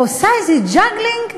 או עושה איזה ג'גלינג,